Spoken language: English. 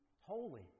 holy